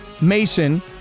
Mason